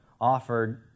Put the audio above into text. offered